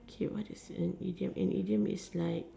okay what is an idiom and idiom is like